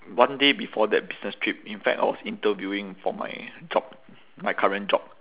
one day before that business trip in fact I was interviewing for my job my current job